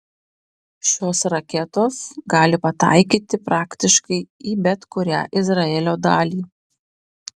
šios raketos gali pataikyti praktiškai į bet kurią izraelio dalį